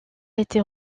été